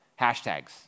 hashtags